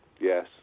Yes